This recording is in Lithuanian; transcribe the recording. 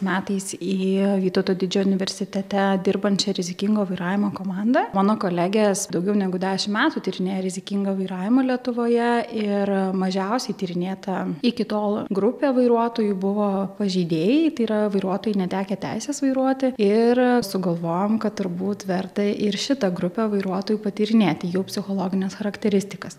metais į vytauto didžiojo universitete dirbančią rizikingo vairavimo komandą mano kolegės daugiau negu dešimt metų tyrinėjo rizikingą vairavimą lietuvoje ir mažiausiai tyrinėta iki tol grupė vairuotojų buvo pažeidėjai tai yra vairuotojai netekę teisės vairuoti ir sugalvojom kad turbūt verta ir šitą grupę vairuotojų patyrinėti jų psichologines charakteristikas